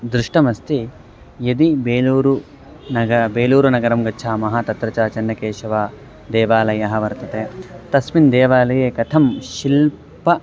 दृष्टमस्ति यदि बेलूरुनग बेलूरुनगरं गच्छामः तत्र चन्नकेशवः देवालयः वर्तते तस्मिन् देवालये कथं शिल्पम्